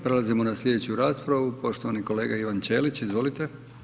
Prelazimo na slijedeću raspravu, poštovani kolega Ivan Ćelić, izvolite.